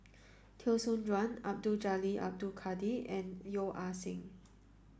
Teo Soon Chuan Abdul Jalil Abdul Kadir and Yeo Ah Seng